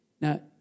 Now